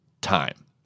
time